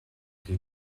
qui